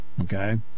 Okay